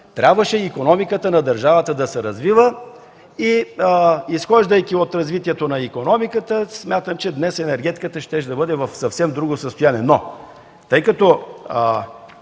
трябваше икономиката на държавата да се развива и изхождайки от развитието на икономиката смятам, че днес енергетиката щеше да бъде в съвсем друго състояние.